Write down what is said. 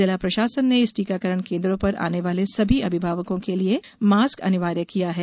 जिला प्रषासन ने इन टीकाकरण केंद्रों पर आने वाले सभी अभिभावकों के लिए मास्क अनिवार्य किया है